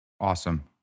Awesome